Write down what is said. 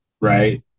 right